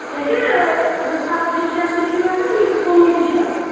مےٚ چھُ یہِ رٕکھَل ڈِلشَس تہِ چھُ مےٚ تہٕ یہِ تہِ کُلوٗ تہِ چھُ اَسہِ